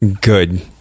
good